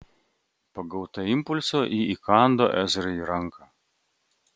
pagauta impulso ji įkando ezrai į ranką